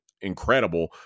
incredible